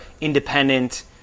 independent